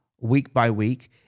week-by-week